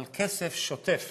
אבל כסף שוטף